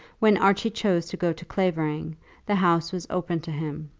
when archie chose to go to clavering the house was open to him.